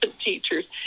teachers